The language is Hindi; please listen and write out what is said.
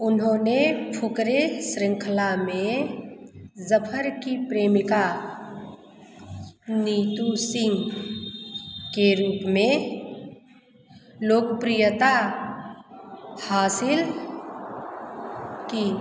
उन्होंने फुकरे श्रृंखला में ज़फर की प्रेमिका नीतू सिंह के रूप में लोकप्रियता हासिल की